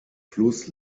fluss